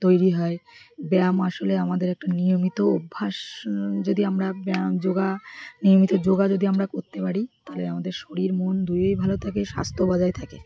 তৈরি হয় ব্যায়াম আসলে আমাদের একটা নিয়মিত অভ্যাস যদি আমরা ব্যায়াম যোগ নিয়মিত যোগ যদি আমরা করতে পারি তাহলে আমাদের শরীর মন দুইই ভালো থাকে স্বাস্থ্যও বজায় থাকে